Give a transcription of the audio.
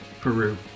Peru